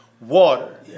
water